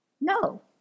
No